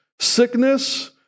sickness